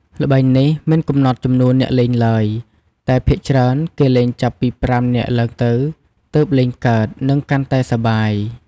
ល្បែងនេះមិនកំណត់ចំនួនអ្នកលេងទ្បើយ តែភាគច្រើនគេលេងចាប់ពី ៥ នាក់ឡើងទៅទើបលេងកើត និងកាន់តែសប្បាយ។